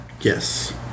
Yes